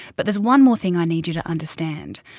but there's one more thing i need you to understand.